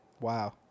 Wow